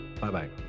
Bye-bye